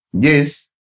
Yes